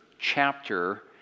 chapter